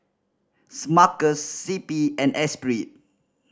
Smuckers C P and Esprit